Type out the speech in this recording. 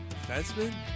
Defenseman